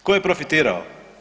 Tko je profitirao?